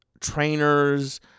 trainers